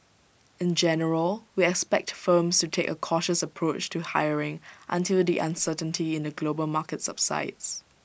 in general we expect firms to take A cautious approach to hiring until the uncertainty in the global market subsides